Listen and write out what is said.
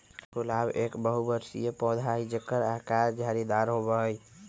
गुलाब एक बहुबर्षीय पौधा हई जेकर आकर झाड़ीदार होबा हई